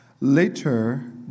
Later